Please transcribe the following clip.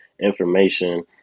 information